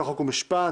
חוק ומשפט,